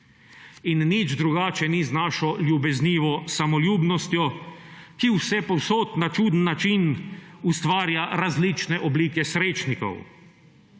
Nič drugače ni z našo ljubeznivo samoljubnostjo, ki vsepovsod na čuden način ustvarja različne oblike srečnikov.